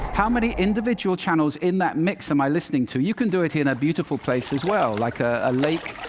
how many individual channels in that mix am i listening to? you can do it in a beautiful place as well, like in ah a lake.